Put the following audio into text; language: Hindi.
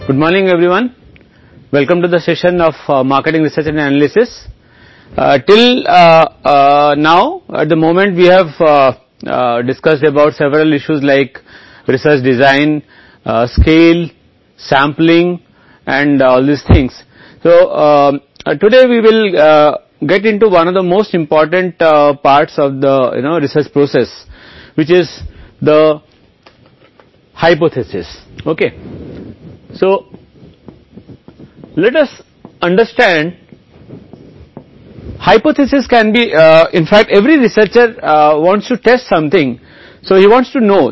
विपणन अनुसंधान और विश्लेषण के सत्र में आपका स्वागत करता है जिस क्षण हमने अनुसंधान डिजाइन पैमाने नमूने और सभी जैसे कई मुद्दों पर चर्चा की है इन बातों को इसलिए आज हम आपके एक और सबसे महत्वपूर्ण भाग में जानेंगे शोध प्रक्रिया परिकल्पना